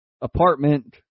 apartment